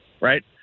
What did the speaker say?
right